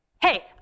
Hey